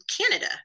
Canada